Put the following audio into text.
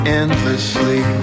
endlessly